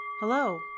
Hello